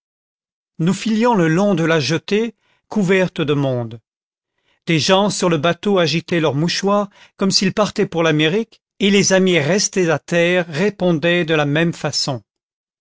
nous filions le long de la jetée couverte de monde des gens sur le bateau agitaient leurs mouchoirs comme s'ils partaient pour l'amérique et les amis restés à terre répondaient de la même façon